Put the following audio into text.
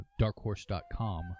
Darkhorse.com